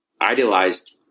idealized